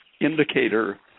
indicator